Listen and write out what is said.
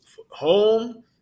home